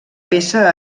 peça